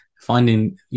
finding